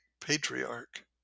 patriarch